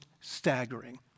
staggering